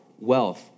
wealth